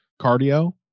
cardio